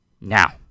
Now